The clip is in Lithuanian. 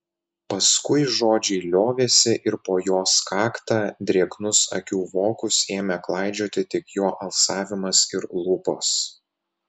paskui žodžiai liovėsi ir po jos kaktą drėgnus akių vokus ėmė klaidžioti tik jo alsavimas ir lūpos